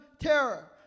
terror